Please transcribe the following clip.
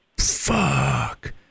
fuck